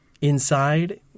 Inside